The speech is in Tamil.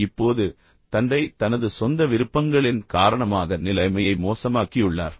இப்போது தந்தை தனது சொந்த விருப்பங்களின் காரணமாக நிலைமையை மோசமாக்கியுள்ளார்